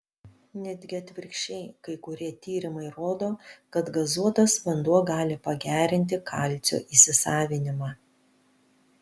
netgi atvirkščiai kai kurie tyrimai rodo kad gazuotas vanduo gali pagerinti kalcio įsisavinimą